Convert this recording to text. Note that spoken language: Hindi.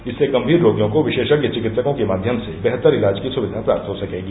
इससे गम्भीर रोगियों को विशेषज्ञ चिकित्सकों के माध्यम से बेहतर इलाज की सुविधा प्राप्त हो सकेगी